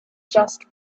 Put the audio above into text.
just